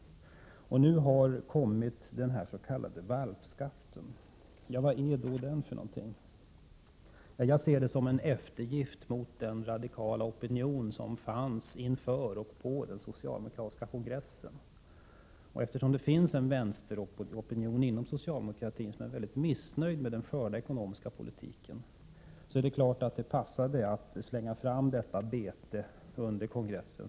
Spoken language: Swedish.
Nu har denna s.k. valpskatt kommit. Vad innebär då den s.k. valpskatten? Jag ser den som en eftergift för den radikala opinion som fanns inför och under den socialdemokratiska kongressen. Eftersom det inom socialdemokratin finns en vänsteropinion, som är mycket missnöjd med den förda ekonomiska politiken, passade det att slänga fram detta bete under kongressen.